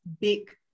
big